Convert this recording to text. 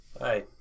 Hi